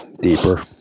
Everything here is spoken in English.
deeper